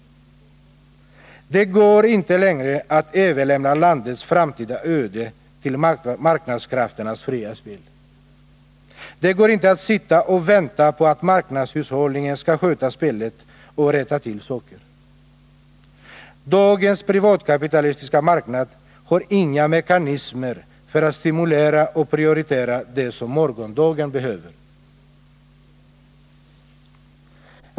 Det går inte längre att överlämna landets framtida öde till marknadskrafternas fria spel. Det går inte att sitta och vänta på att marknadshushållningen skall sköta spelet och rätta till saker. Dagens privatkapitalistiska marknad har inga mekanismer för att stimulera och prioritera det som morgondagen behöver.